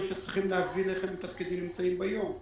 שצריכים להבין איך הם מתפקדים נמצאים ביום.